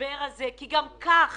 במשבר הזה, כי גם כך